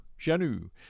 Janu